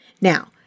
Now